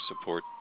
support